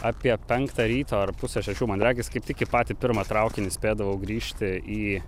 apie penktą ryto ar pusę šešių man regis kaip tik į patį pirmą traukinį spėdavau grįžti į